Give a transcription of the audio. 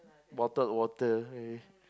bottle water okay